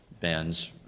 bands